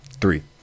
three